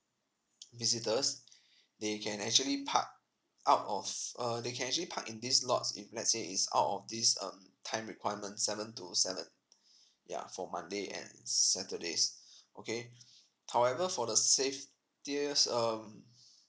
visitors they can actually park out of uh they can actually park in these lots if let's say it's out of these um time requirement seven to seven ya for monday and saturdays okay however for the safeties um